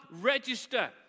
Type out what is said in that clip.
register